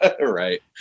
right